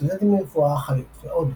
סטודנטים לרפואה, אחיות ועוד.